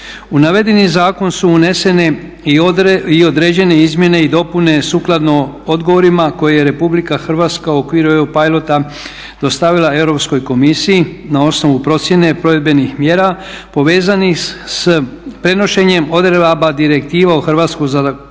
U navedenim zakon su unesene i određene izmjene i dopune sukladno odgovorima koje je RH u okviru e pilote dostavila Europskoj komisiji na osnovi procjene provedbenih mjera povezanih s prenošenjem odredaba direktiva u hrvatsko zakonodavstvo